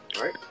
right